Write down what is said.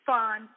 Fun